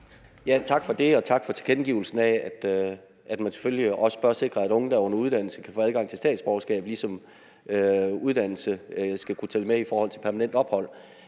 Tak for det, og tak for tilkendegivelsen af, at man selvfølgelig også bør sikre, at unge, der er under uddannelse, kan få adgang til statsborgerskab, ligesom uddannelse skal kunne tælle med i forhold til permanent ophold.